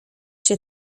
się